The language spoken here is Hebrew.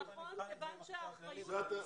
נכון, כיוון שהאחריות --- בסדר.